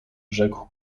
rzekł